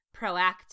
proactive